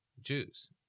Jews